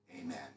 Amen